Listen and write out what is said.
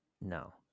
No